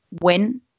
win